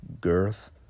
girth